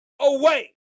away